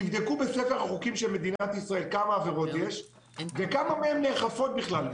תבדקו בספר החוקים של מדינת ישראל כמה עבירות יש וכמה מהן נאכפות בכלל?